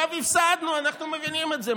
אגב, הפסדנו, אנחנו מבינים את זה.